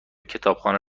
کتابخانه